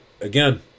again